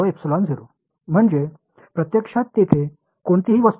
epsilon மற்றும் mu மற்றும் இங்கே மற்றும் இன் மதிப்பு